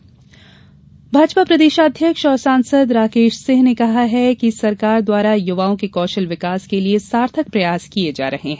स्वरोजगार सम्मेलन भाजपा प्रदेशाध्यक्ष और सांसद राकेश सिंह ने कहा है कि सरकार द्वारा युवाओं के कौशल विकास के लिये सार्थक प्रयास किये जा रहे है